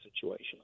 situation